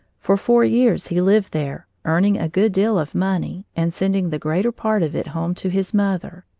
for four years he lived there, earning a good deal of money and sending the greater part of it home to his mother.